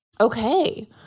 Okay